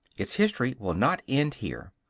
its history will not end here.